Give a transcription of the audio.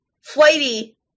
flighty